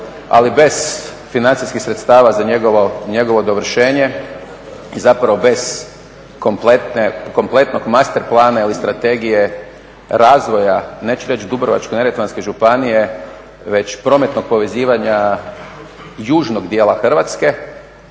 ali bez financijskih sredstava za njegovo dovršenje i zapravo bez kompletnog masterplana ili strategije razvoja neću reći Dubrovačko-neretvanske županije već prometnog povezivanja južnog dijela Hrvatske.